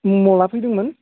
नों माब्ला फैदोंमोन